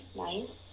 nice